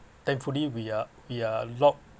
thankfully we are we are locked